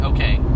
Okay